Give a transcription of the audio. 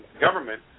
government